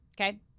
okay